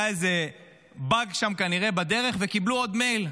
היה איזה באג שם, כנראה, בדרך, וקיבלו עוד מייל.